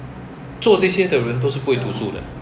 then 我们的 custom 也是奇怪